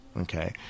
okay